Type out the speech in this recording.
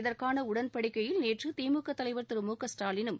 இதற்கான உடன்படிக்கையில் நேற்று திமுக தலைவர் திரு மு க ஸ்டாலினும்